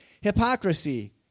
hypocrisy